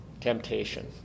temptation